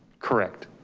correct.